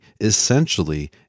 essentially